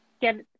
get